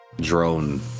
drone